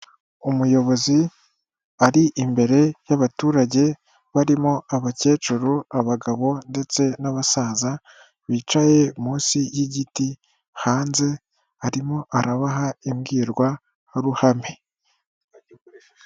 Umuyobozi ari imbere y'abaturage barimo abakecuru, abagabo ndetse n'abasaza bicaye munsi y'igiti hanze harimo arabaha imbwirwaruhame.